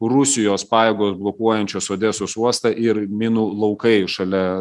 rusijos pajėgos blokuojančios odesos uostą ir minų laukai šalia